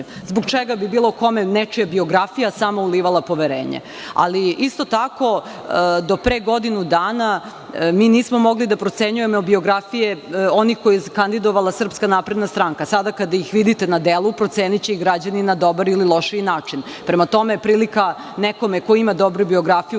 Zbog čega bi bilo kome nečija biografija sama ulivala poverenje? Ali, isto tako do pre godinu dana mi nismo mogli da procenjujemo biografije onih koje je kandidovala SNS. Sada kada ih vidite na delu, proceniće i građani na dobar ili loš način. Prema tome, prilika nekome ko ima dobru biografiju,